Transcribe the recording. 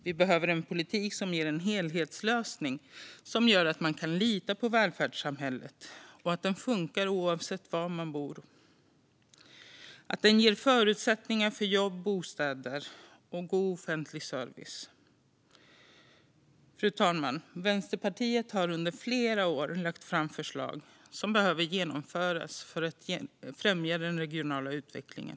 Vi behöver en politik som ger en helhetslösning som gör att man kan lita på välfärdssamhället, att det funkar oavsett var man bor och att det ger förutsättningar för jobb, bostäder och god offentlig service. Fru talman! Vänsterpartiet har under flera år lagt fram förslag som behöver genomföras för att främja den regionala utvecklingen.